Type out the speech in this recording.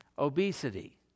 obesity